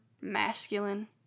masculine